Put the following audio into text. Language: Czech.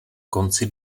konci